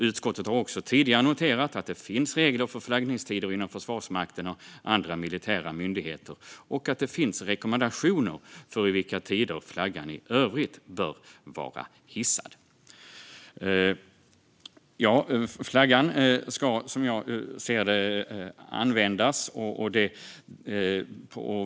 Utskottet har också tidigare noterat att det finns regler för flaggningstider inom Försvarsmakten och andra militära myndigheter och att det finns rekommendationer för under vilka tider flaggan i övrigt bör vara hissad. Flaggan ska, som jag ser det, användas.